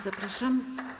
Zapraszam.